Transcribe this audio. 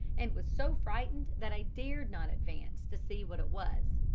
and was so frightened that i dared not advance to see what it was.